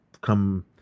come